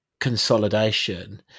consolidation